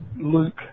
luke